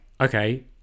okay